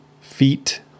feet